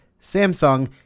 Samsung